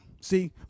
See